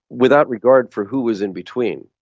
without regard for who was in between.